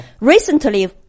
Recently